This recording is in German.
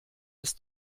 ist